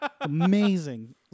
amazing